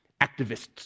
Activists